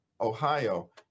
Ohio